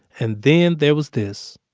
and then there was this